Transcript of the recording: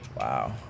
wow